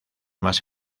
más